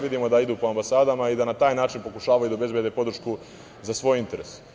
Vidimo da idu po ambasadama i da na taj način pokušavaju da obezbede podršku za svoj interes.